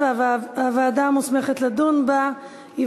התשע"ד 2014,